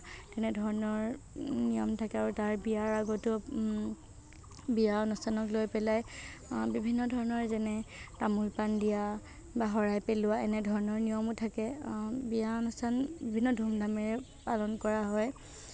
তেনেধৰণৰ নিয়ম থাকে আৰু তাৰ বিয়াৰ আগতেও বিয়া অনুষ্ঠানক লৈ পেলাই বিভিন্ন ধৰণৰ যেনে তামুল পাণ দিয়া বা শৰাই পেলোৱা এনে ধৰণৰ নিয়মো থাকে বিয়া অনুষ্ঠান বিভিন্ন ধুম ধামেৰে পালন কৰা হয়